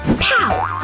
pow!